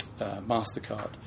MasterCard